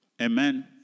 Amen